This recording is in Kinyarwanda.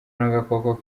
n’agakoko